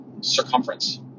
circumference